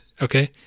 okay